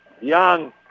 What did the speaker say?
Young